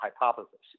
hypothesis